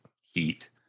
heat